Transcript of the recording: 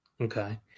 Okay